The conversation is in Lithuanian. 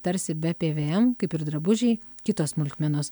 tarsi be pvm kaip ir drabužiai kitos smulkmenos